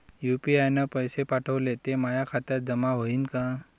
UPI न पैसे पाठवले, ते माया खात्यात जमा होईन का?